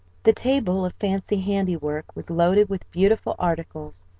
the table of fancy handiwork was loaded with beautiful articles.